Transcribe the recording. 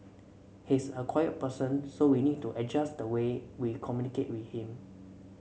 he's a quiet person so we need to adjust the way we communicate with him